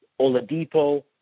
Oladipo